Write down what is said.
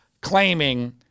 claiming